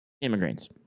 immigrants